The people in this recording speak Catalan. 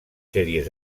sèries